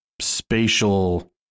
spatial